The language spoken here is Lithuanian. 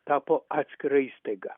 tapo atskira įstaiga